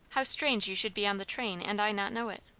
how strange you should be on the train and i not know it